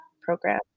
program